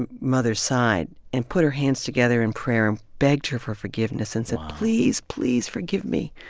and mother's side and put her hands together in prayer and begged her for forgiveness and said, please, please forgive me.